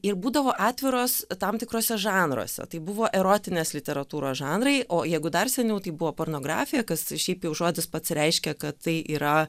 ir būdavo atviros tam tikruose žanruose tai buvo erotinės literatūros žanrai o jeigu dar seniau tai buvo pornografija kas šiaip jau žodis pats reiškia kad tai yra